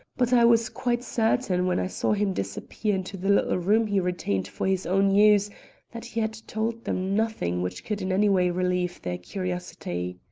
but i was quite certain when i saw him disappear into the little room he retained for his own use that he had told them nothing which could in any way relieve their curiosity.